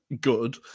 Good